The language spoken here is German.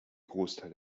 großteil